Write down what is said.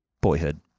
boyhood